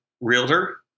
realtor